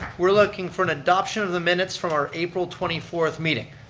we're looking for an adoption of the minutes from our april twenty fourth meeting,